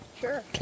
Sure